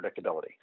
predictability